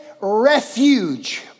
refuge